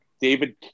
David